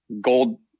gold